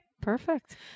Perfect